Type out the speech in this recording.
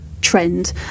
trend